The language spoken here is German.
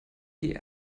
die